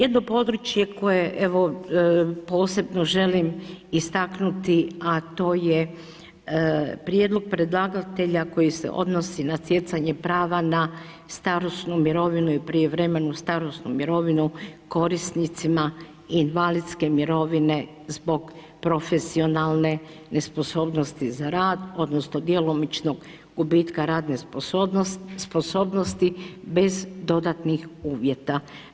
Jedno područje koje, evo posebno želim istaknuti, a to je prijedlog predlagatelja koji se odnosi na stjecanje prava na starosnu mirovinu i prijevremenu starosnu mirovinu korisnicima invalidske mirovine zbog profesionalne nesposobnosti za rad, odnosno djelomičnog gubitka radne sposobnosti, bez dodatnih uvjeta.